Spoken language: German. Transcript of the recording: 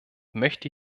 möchte